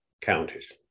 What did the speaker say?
counties